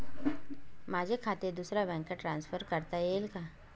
माझे खाते दुसऱ्या बँकेत ट्रान्सफर करता येईल का?